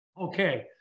Okay